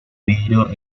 vidrio